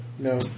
No